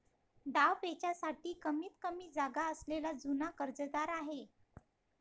डावपेचांसाठी कमीतकमी जागा असलेला जुना कर्जदार आहे